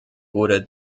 wurde